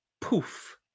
Poof